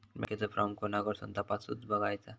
बँकेचो फार्म कोणाकडसून तपासूच बगायचा?